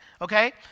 okay